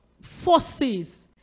forces